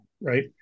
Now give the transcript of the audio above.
Right